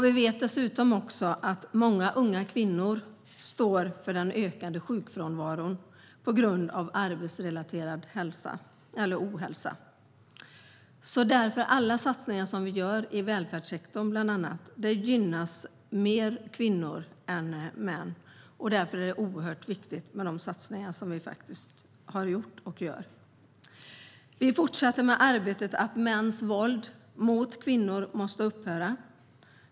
Vi vet dessutom att unga kvinnor står för den ökande sjukfrånvaron på grund av arbetsrelaterad ohälsa. Alla satsningar som vi gör i välfärdssektorn gynnar kvinnor mer än män, och därför är det oerhört viktigt med de satsningar som vi har gjort. Vi fortsätter arbeta mot mäns våld mot kvinnor. Det måste upphöra.